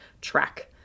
track